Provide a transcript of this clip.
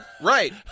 right